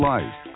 Life